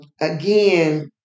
again